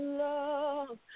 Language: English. love